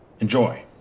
Enjoy